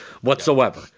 whatsoever